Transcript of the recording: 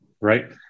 right